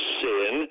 sin